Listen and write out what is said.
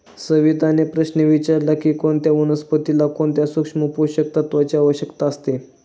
सविताने प्रश्न विचारला की कोणत्या वनस्पतीला कोणत्या सूक्ष्म पोषक तत्वांची आवश्यकता असते?